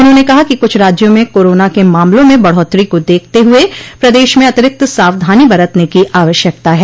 उन्होंने कहा कि कुछ राज्यों में कोरोना के मामलों में बढ़ोत्तरी को देखते हुए प्रदेश में अतिरिक्त सावधानी बरतने की आवश्यकता है